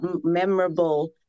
memorable